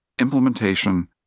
implementation